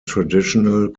traditional